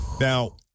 Now